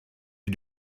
you